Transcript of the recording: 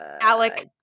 Alec